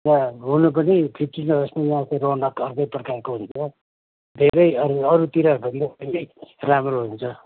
र हुनु पनि फिफ्टिन अगस्तमा यहाँको रौनक अर्कै प्रकारको हुन्छ धेरै अब अरूतिरकोभन्दा धेरै राम्रो हुन्छ